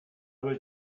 was